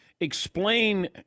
Explain